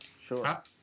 Sure